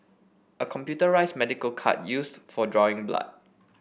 a computerised medical cart used for drawing blood